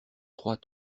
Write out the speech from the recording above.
trois